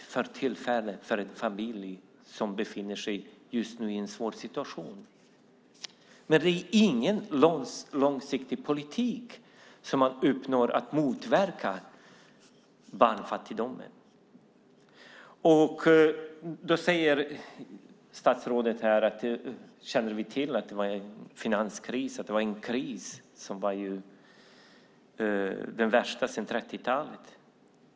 Det är något tillfälligt för en familj som just nu befinner sig i en svår situation. Men det är ingen långsiktig politik för att motverka barnfattigdomen. Då undrar statsrådet om vi känner till att det har varit en finanskris, att det har varit en kris som har varit den värsta sedan 30-talet.